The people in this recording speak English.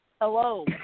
Hello